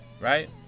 right